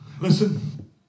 Listen